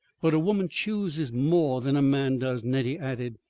but a woman chooses more than a man does, nettie added.